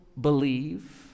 believe